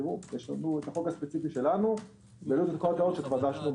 יש לנו החוק הספציפי שלנו- -- במסגרת גם